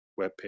webpage